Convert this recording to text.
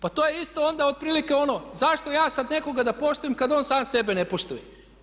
Pa to je isto onda otprilike ono zašto ja sad nekoga da poštujem kad on sam sebe ne poštuje?